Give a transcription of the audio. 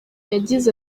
yagize